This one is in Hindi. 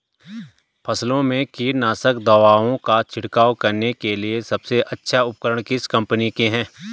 फसलों में कीटनाशक दवाओं का छिड़काव करने के लिए सबसे अच्छे उपकरण किस कंपनी के हैं?